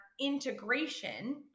integration